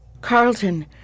Carlton